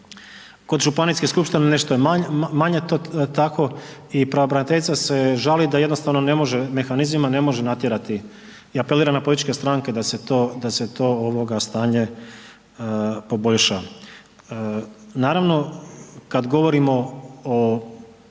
Kod županijskih skupština nešto je manje tako i pravobraniteljica se žali da jednostavno ne može mehanizmima ne može natjerati. Ja apeliram na političke stranke da se to stanje poboljša. Naravno kada govorimo uopće